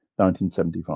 1975